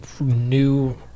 new